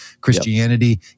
Christianity